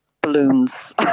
balloons